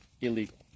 illegal